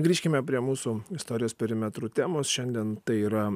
grįžkime prie mūsų istorijos perimetrų temos šiandien tai yra